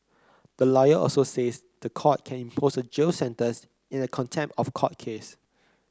the lawyer also says the court can impose a jail sentence in a contempt of court case